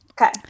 Okay